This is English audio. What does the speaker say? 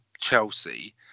Chelsea